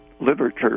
literature